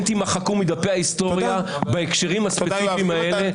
תימחקו מדפי ההיסטוריה בהקשרים הספציפיים האלה.